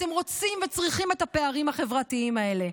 אתם רוצים וצריכים את הפערים החברתיים האלה.